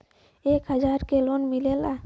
एक हजार के लोन मिलेला?